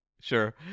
sure